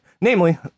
Namely